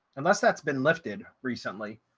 unless that's been lifted recently,